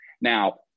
Now